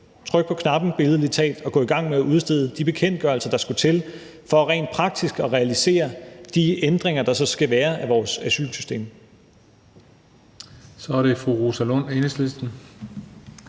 trykke på knappen, billedlig talt, og gå i gang med at udstede de bekendtgørelser, der skulle til for rent praktisk at realisere de ændringer, der så skal være af vores asylsystem.